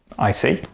i see.